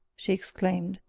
she exclaimed.